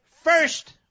first